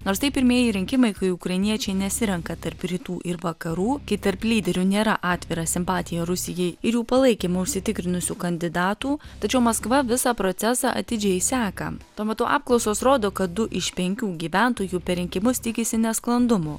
nors tai pirmieji rinkimai kai ukrainiečiai nesirenka tarp rytų ir vakarų kai tarp lyderių nėra atvirą simpatiją rusijai ir jų palaikymą užsitikrinusių kandidatų tačiau maskva visą procesą atidžiai seka tuo metu apklausos rodo kad du iš penkių gyventojų per rinkimus tikisi nesklandumų